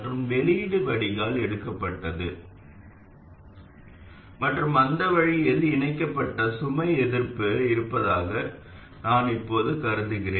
மற்றும் வெளியீடு வடிகால் எடுக்கப்பட்டது மற்றும் அந்த வழியில் இணைக்கப்பட்ட சுமை எதிர்ப்பு இருப்பதாக நான் இப்போது கருதுகிறேன்